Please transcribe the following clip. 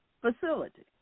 facility